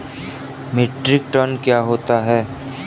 Metric ton क्या होता है?